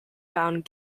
bound